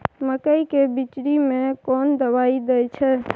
मकई के बिचरी में कोन दवाई दे छै?